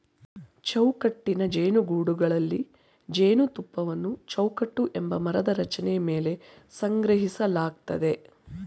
ಚೌಕಟ್ಟಿನ ಜೇನುಗೂಡುಗಳಲ್ಲಿ ಜೇನುತುಪ್ಪವನ್ನು ಚೌಕಟ್ಟು ಎಂಬ ಮರದ ರಚನೆ ಮೇಲೆ ಸಂಗ್ರಹಿಸಲಾಗ್ತದೆ